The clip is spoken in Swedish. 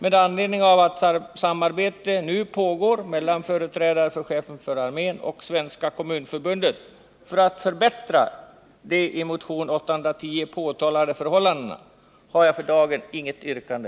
Med anledning av att samarbete nu pågår mellan företrädare för chefen för armén och Svenska kommunförbundet för att förbättra de i motion 810 påtalade förhållandena har jag för dagen inget yrkande.